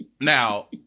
Now